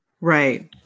Right